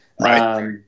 Right